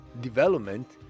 development